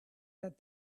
that